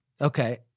Okay